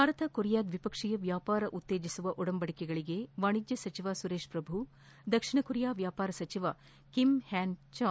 Bharat Korea ದ್ವಿಪಕ್ಷೀಯ ವ್ಯಾಪಾರ ಉತ್ತೇಜಿಸುವ ಒಡಂಬಡಿಕೆಗಳಿಗೆ ವಾಣಿಜ್ಣ ಸಚಿವ ಸುರೇಶ್ ಪ್ರಭು ದಕ್ಷಿಣ ಕೊರಿಯಾ ವ್ಲಾಪಾರ ಸಚಿವ ಕಿಮ್ ಹ್ಲುನ್ ಚಾಂಗ್ ಸಹಿ